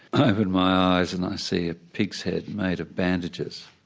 i open my eyes and i see a pig's head made of bandages,